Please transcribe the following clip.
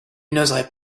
n’oserait